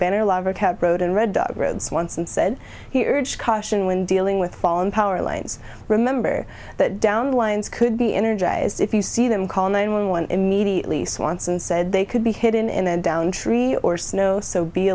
better lover kept road and red roads once and said he urged caution when dealing with fallen power lines remember that downed lines could be energized if you see them call nine one one immediately swanson said they could be hidden in a downed tree or snow so be